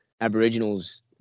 Aboriginals